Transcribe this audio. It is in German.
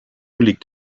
liegt